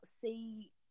see